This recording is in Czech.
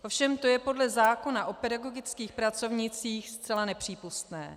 Ovšem to je podle zákona o pedagogických pracovnících zcela nepřípustné.